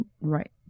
Right